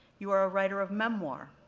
you are a writer of memoir,